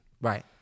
Right